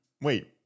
wait